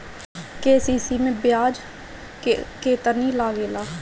KCC मै ब्याज केतनि लागेला?